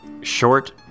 Short